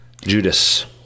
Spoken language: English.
Judas